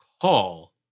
call